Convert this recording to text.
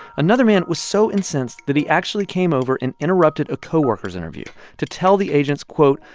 another man was so incensed that he actually came over and interrupted a coworker's interview to tell the agents, quote,